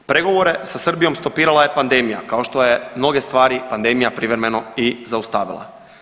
Pregovore sa Srbijom stopirala je pandemija, kao što je mnoge stvari pandemija privremeno i zaustavila.